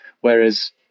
whereas